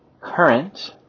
current